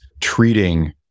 treating